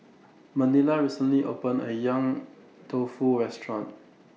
Manilla recently opened A Yong Tau Foo Restaurant